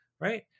Right